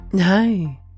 Hi